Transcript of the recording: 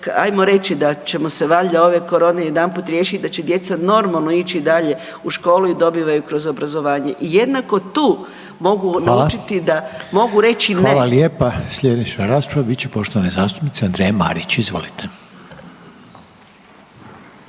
ajmo reći da ćemo se valjda ove korone jedanput riješiti i da će djeca normalo ići dalje u školu i dobivaju kroz obrazovanje. I jednako tu mogu naučiti da mogu reći ne …/Upadica Reiner: Hvala lijepa./… **Reiner, Željko (HDZ)** Sljedeća rasprava bit će poštovane zastupnice Andreje Marić. Izvolite.